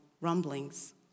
rumblings